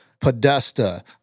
Podesta